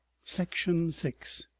section six